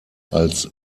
als